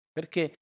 Perché